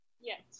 Yes